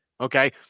Okay